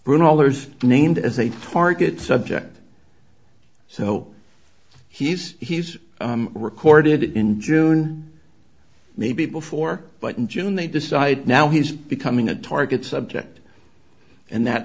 were all there is named as a target subject so he's he's recorded in june maybe before but in june they decide now he's becoming a target subject and that